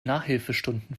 nachhilfestunden